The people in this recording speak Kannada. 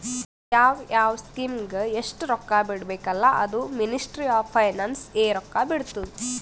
ಯಾವ್ ಯಾವ್ ಸ್ಕೀಮ್ಗ ಎಸ್ಟ್ ರೊಕ್ಕಾ ಬಿಡ್ಬೇಕ ಅಲ್ಲಾ ಅದೂ ಮಿನಿಸ್ಟ್ರಿ ಆಫ್ ಫೈನಾನ್ಸ್ ಎ ರೊಕ್ಕಾ ಬಿಡ್ತುದ್